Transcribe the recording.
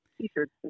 t-shirts